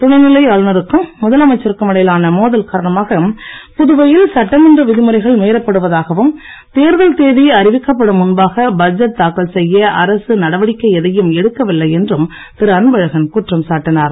துணைநிலை ஆளுநருக்கும் முதலமைச்சருக்கும் இடையிலான மோதல் காரணமாக புதுவையில் சட்டமன்ற விதிமுறைகள் மீறப்படுவதாகவும் தேர்தல் தேதி அறிவிக்கப்படும் முன்பாக பட்ஜெட் தாக்கல் செய்ய அரசு நடவடிக்கை எதையும் எடுக்கவில்லை என்றும் திரு அன்பழகன் குற்றம் சாட்டினார்